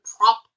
prop